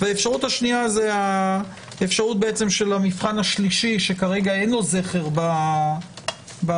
והאפשרות השנייה היא של המבחן השלישי שכרגע אין לו זכר בחקיקה,